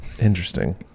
Interesting